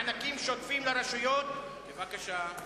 מענקים לרשויות מקומיות,